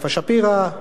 יפה שפירא,